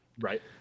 Right